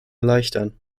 erleichtern